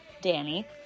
Danny